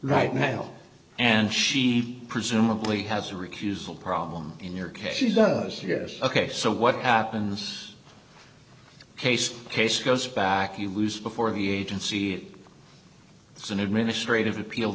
right now and she presumably has a recusal problem in your case she does yes ok so what happens case case goes back you lose before the agency it's an administrative appeal